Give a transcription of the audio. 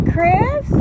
Chris